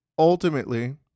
Ultimately